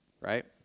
right